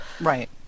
Right